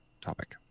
topic